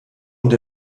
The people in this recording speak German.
und